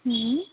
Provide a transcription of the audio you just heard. ਹਮ